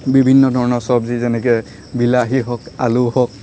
বিভিন্ন ধৰণৰ চব্জি যেনেকৈ বিলাহী হওক আলু হওক